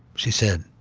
she said,